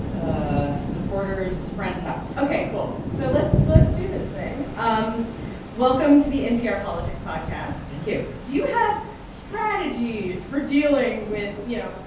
a supporter's friend's house ok. cool. so let's let's do this thing. um welcome to the npr politics podcast thank you do you have strategies for dealing with, you know,